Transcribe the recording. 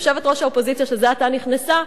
יושבת-ראש האופוזיציה, שזה עתה נכנסה,